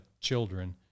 children